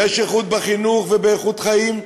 יש איכות בחינוך ובאיכות חיים,